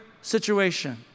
situation